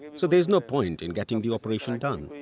so there is no point in getting the operation done.